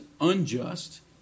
unjust